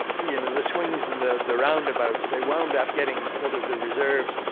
you know, the swings and the the roundabouts, they wound up getting sort of the reserves.